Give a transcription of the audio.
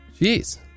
Jeez